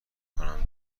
کنم